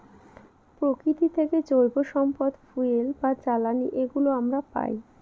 প্রকৃতি থেকে জৈব সম্পদ ফুয়েল বা জ্বালানি এগুলো আমরা পায়